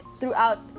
throughout